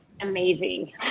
amazing